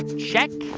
check.